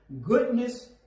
Goodness